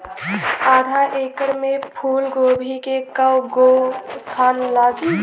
आधा एकड़ में फूलगोभी के कव गो थान लागी?